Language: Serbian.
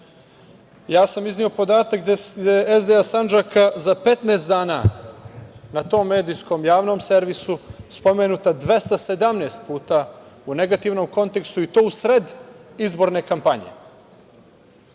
ja sam izneo podatak gde je SDA Sandžaka za 15 dana na tom medijskom javnom servisu spomenuta 217 puta u negativnom kontekstu, i to usred izborne kampanje.